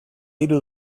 hiru